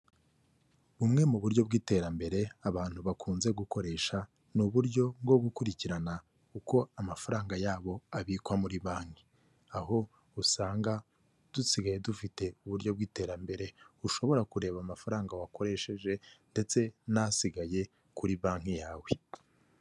Bumwe mu buryo bw'iterambere abantu bakunze gukoresha ni uburyo bwo gukurikirana uko amafaranga yabo abikwa muri banki. Aho usanga dusigaye dufite uburyo bw'iterambere, ushobora kureba amafaranga wakoresheje ndetse n'asigaye kuri banki yawe.